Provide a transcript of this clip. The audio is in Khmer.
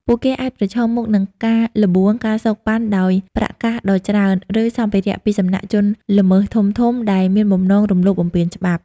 ពួកគេអាចប្រឈមមុខនឹង ការល្បួង ការសូកប៉ាន់ ដោយប្រាក់កាសដ៏ច្រើន ឬសម្ភារៈពីសំណាក់ជនល្មើសធំៗដែលមានបំណងរំលោភបំពានច្បាប់។